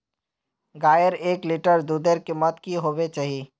गायेर एक लीटर दूधेर कीमत की होबे चही?